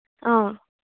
অঁ